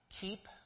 keep